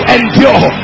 endure